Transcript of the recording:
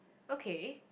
okay